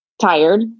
Tired